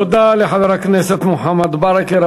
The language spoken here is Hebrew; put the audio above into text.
תודה לחבר הכנסת מוחמד ברכה.